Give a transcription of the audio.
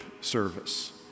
service